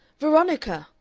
veronica!